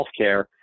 healthcare